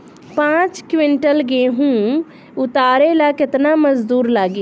पांच किविंटल गेहूं उतारे ला केतना मजदूर लागी?